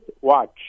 watch